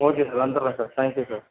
okay sir வந்துடுறேன் sir thank you sir